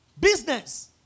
business